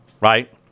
Right